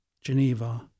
Geneva